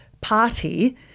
party